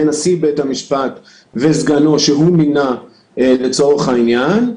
נשיא בית המשפט והסגן שלו שהוא מינה לצורך העניין,